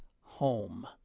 home